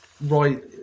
right